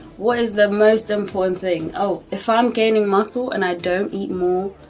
what is the most important thing? oh if i'm gaining muscle, and i don't eat more